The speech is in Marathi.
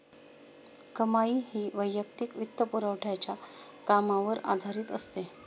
कमाई ही वैयक्तिक वित्तपुरवठ्याच्या कामावर आधारित असते